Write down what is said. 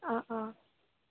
অঁ অঁ